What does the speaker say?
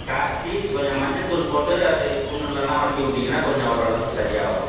காய்ச்சி கொஞ்சம் மஞ்சள்தூள் போட்டு அது புண்ணுலலாம் வச்சு விட்டீங்கன்னா கொஞ்சம் ஓரளவுக்கு சரியாக வரும்